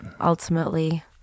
Ultimately